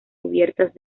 cubiertas